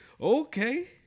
okay